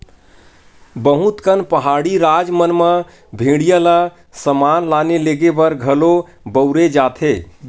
बहुत कन पहाड़ी राज मन म भेड़िया ल समान लाने लेगे बर घलो बउरे जाथे